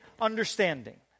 understanding